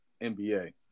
NBA